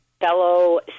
Fellow